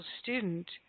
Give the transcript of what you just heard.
student